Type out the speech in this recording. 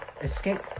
Escape